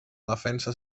defensa